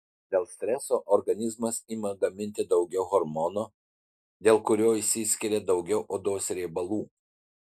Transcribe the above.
dėl streso organizmas ima gaminti daugiau hormono dėl kurio išsiskiria daugiau odos riebalų